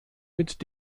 mit